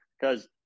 because-